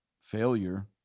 failure